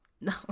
No